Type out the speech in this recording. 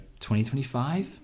2025